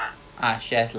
oh